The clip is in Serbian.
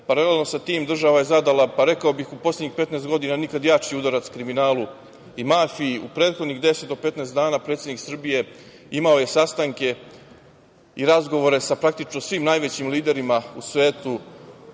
paralelno sa tim država je zadala, pa rekao bih u poslednjih 15 godina, nikad jači udarac kriminalu i mafiji.U prethodnih 10 do 15 dana predsednik Srbije imao je sastanke i razgovore sa praktično svim najvećim liderima u svetu,